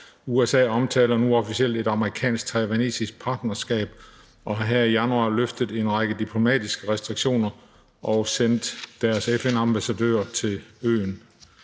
USA omtaler nu officielt et amerikansk-taiwanesisk partnerskab og har her i januar løftet en række diplomatiske restriktioner og sendt sin FN-ambassadør til øen.